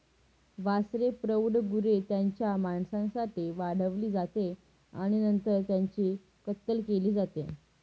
वासरे प्रौढ गुरे त्यांच्या मांसासाठी वाढवली जाते आणि नंतर त्यांची कत्तल केली जाते